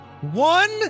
one